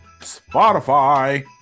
Spotify